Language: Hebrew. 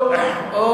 יש הבדל.